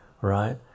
right